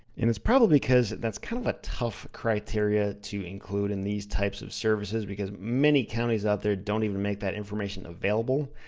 it's probably because that's kind of a tough criteria to include in these types of services, because many counties out there don't even make that information available.